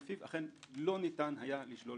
לפיו אכן לא ניתן היה לשלול